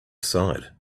side